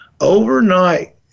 Overnight